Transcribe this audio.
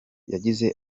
yagize